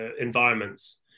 environments